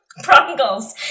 Prongles